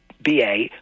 BA